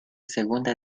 segunda